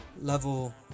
level